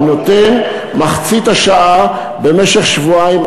הוא נותן מחצית השעה פעם בשבועיים.